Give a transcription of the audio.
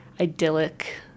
idyllic